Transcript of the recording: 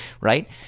right